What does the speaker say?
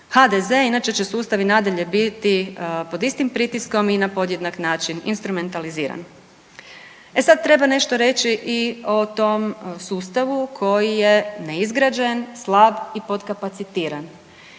HDZ jer će sustav i nadalje biti pod istim pritiskom i na podjednak način instrumentaliziran. E sad treba nešto reći i o tom sustavu koji je neizgrađen, slab i podkapacitiran.